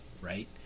right